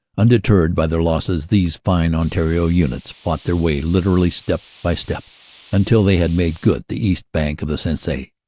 undeterred by their losses these fine ontario units fought their way literally step by step until they had made good the east bank of the sensee.